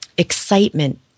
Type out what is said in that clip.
excitement